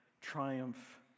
triumph